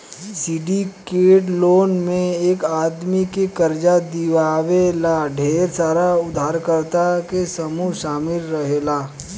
syndicate loan में एक आदमी के कर्जा दिवावे ला ढेर सारा उधारकर्ता के समूह शामिल रहेला